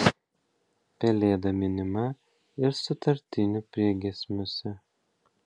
pelėda minima ir sutartinių priegiesmiuose